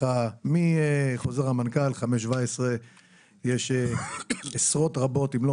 מחוזר המנכ"ל 5.17 יש עשרות רבות אם לא